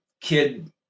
kid